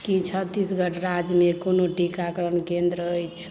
की छत्तीसगढ़ राज्यमे कोनो टीकाकरण केंद्र अछि